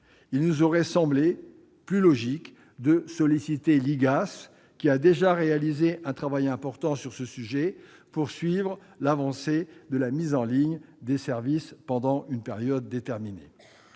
Il nous aurait semblé plus logique de solliciter cette inspection, qui a déjà réalisé un travail important sur ce sujet, pour suivre l'avancée de la mise en ligne des services pendant une période déterminée.